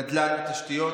נדל"ן, תשתיות.